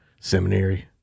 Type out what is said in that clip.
seminary